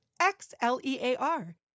X-L-E-A-R